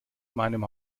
meinem